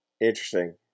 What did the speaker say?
Interesting